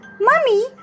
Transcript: Mummy